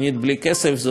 זאת בהחלט החלטה